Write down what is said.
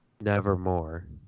nevermore